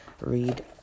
read